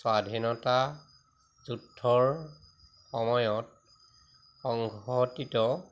স্বাধীনতা যুদ্ধৰ সময়ত সংঘটিত